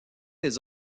des